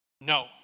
No